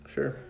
Sure